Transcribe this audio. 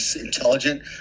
intelligent